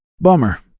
Bummer